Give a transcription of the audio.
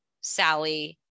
Sally